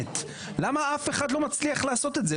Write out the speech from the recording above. באמת, למה אף אחד לא מצליח לעשות את זה?